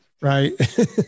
right